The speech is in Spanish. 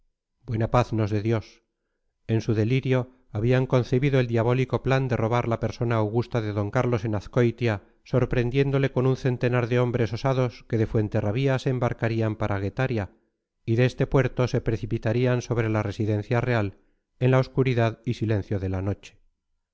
buena paz nos dé dios en su delirio habían concebido el diabólico plan de robar la persona augusta de d carlos en azcoitia sorprendiéndole con un centenar de hombres osados que de fuenterrabía se embarcarían para guetaria y de este puerto se precipitarían sobre la residencia real en la obscuridad y silencio de la noche